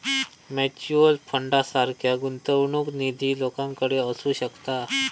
mutual फंडासारखा गुंतवणूक निधी लोकांकडे असू शकता